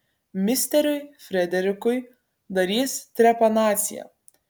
misteriui frederikui darys trepanaciją